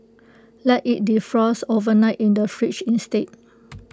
let IT defrost overnight in the fridge instead